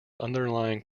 underlying